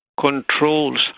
controls